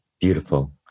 Beautiful